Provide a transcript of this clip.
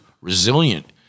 resilient